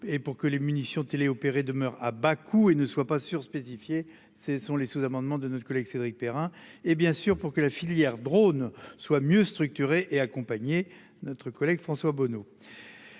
et pour que les munitions télé-opérées demeure à Bakou et ne soit pas sûr spécifiés ces sont les sous-amendement de notre collègue Cédric Perrin et bien sûr pour que la filière drone soient mieux structurer et accompagner notre collègue François Bonneau.